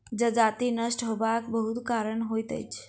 जजति नष्ट होयबाक बहुत कारण होइत अछि